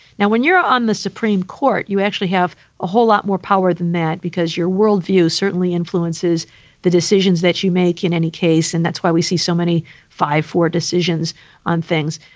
now, when you're on the supreme court, you actually have a whole lot more power than that because your world view certainly influences the decisions that you make. in any case, and that's why we see so many five four decisions on things.